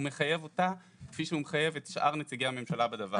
הוא מחייב אותה כפי שהוא מחייב את שאר נציגי הממשלה בדבר הזה.